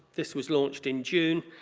this was launched in june,